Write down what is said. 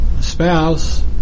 spouse